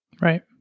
Right